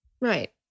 Right